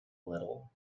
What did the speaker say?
little